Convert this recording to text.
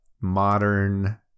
modern